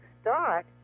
start